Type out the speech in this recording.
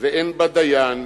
ואין בה דיין,